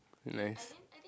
nice